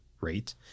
rate